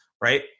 right